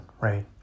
right